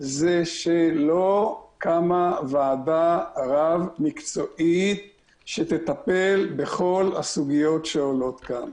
זה שלא קמה ועדה רב מקצועית שתטפל בכל הסוגיות שעולות כאן.